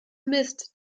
mist